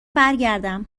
برگردم